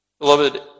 Beloved